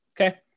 okay